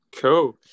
Cool